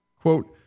quote